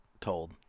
told